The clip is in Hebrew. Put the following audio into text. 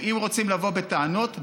ואם רוצים לבוא בטענות,